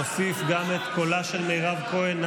נוסיף גם את קולה של מירב כהן.